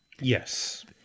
yes